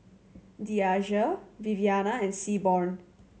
Deasia Viviana and Seaborn